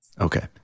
Okay